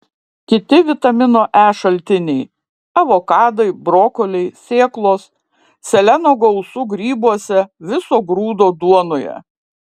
kiti vitamino e šaltiniai avokadai brokoliai sėklos seleno gausu grybuose viso grūdo duonoje